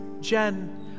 Jen